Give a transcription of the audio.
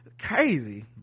Crazy